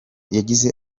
yagize